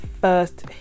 first